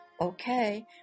Okay